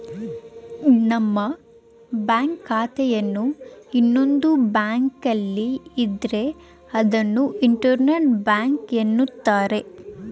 ನಮ್ಮ ಬ್ಯಾಂಕ್ ಖಾತೆಯನ್ನು ಇನ್ನೊಂದು ಬ್ಯಾಂಕ್ನಲ್ಲಿ ಇದ್ರೆ ಅದನ್ನು ಇಂಟರ್ ಬ್ಯಾಂಕ್ ಎನ್ನುತ್ತಾರೆ